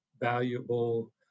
valuable